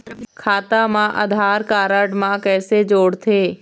खाता मा आधार कारड मा कैसे जोड़थे?